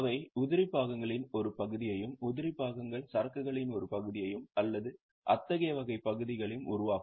அவை உதிரி பாகங்களின் ஒரு பகுதியையும் உதிரி பாகங்கள் சரக்குகளின் ஒரு பகுதியையும் அல்லது அத்தகைய வகை பங்குகளையும் உருவாக்கும்